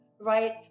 Right